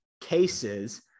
cases